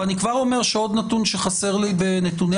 ואני כבר אומר שעוד נתון שחסר לי הוא בכמה